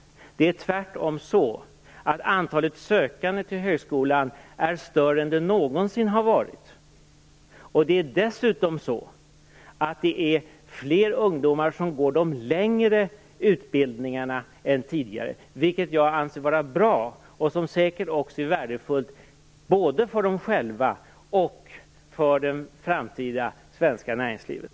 Det är tvärtom så att antalet sökande till högskolan är större än det någonsin har varit. Dessutom är det fler ungdomar än tidigare som går de längre utbildningarna. Det anser jag är bra, och det är säkert också värdefullt både för dem själva och för det framtida svenska näringslivet.